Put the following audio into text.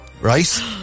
right